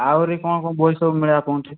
ଆହୁରି କ'ଣ କ'ଣ ବହି ସବୁ ମିଳେ ଆପଣଙ୍କ ଠି